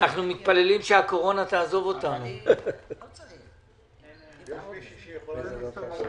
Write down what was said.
יש לנו רק מילים טובות